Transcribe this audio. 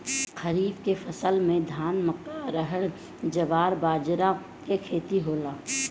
खरीफ के फसल में धान, मक्का, अरहर, जवार, बजरा के खेती होला